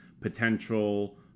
potential